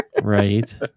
Right